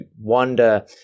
wonder